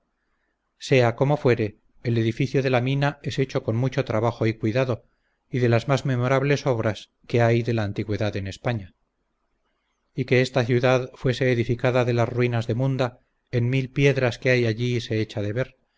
sea como fuere el edificio de la mina es hecho con mucho trabajo y cuidado y de las más memorables obras que hay de la antigüedad en españa y que esta ciudad fuese edificada de las ruinas de munda en mil piedras que allí hay se echa de ver